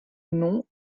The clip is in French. noms